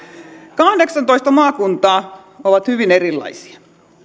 kahdeksantoista maakuntaa ovat hyvin erilaisia